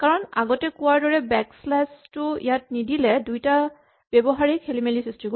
কাৰণ আগতে কোৱাৰ দৰে বেক শ্লেচ টো ইয়াত নিদিলে দুইটাৰ ব্যৱহাৰেই খেলিমেলিৰ সৃষ্টি কৰিব